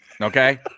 Okay